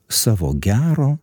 savo gero